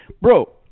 bro